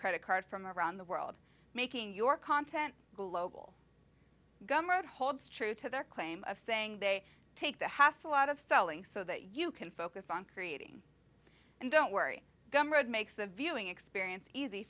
credit card from around the world making your content global gohmert holds true to their claim of saying they take that has a lot of selling so that you can focus on creating and don't worry read makes the viewing experience easy